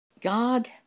God